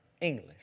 English